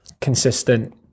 consistent